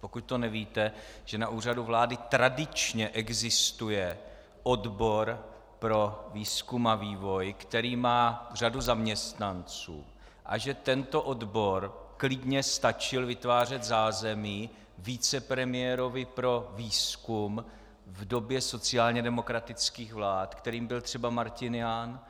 pokud to nevíte, že na Úřadu vlády tradičně existuje odbor pro výzkum a vývoj, který má řadu zaměstnanců, a že tento odbor klidně stačil vytvářet zázemí vicepremiérovi pro výzkum v době sociálně demokratických vlád, kterým byl třeba Martin Jahn.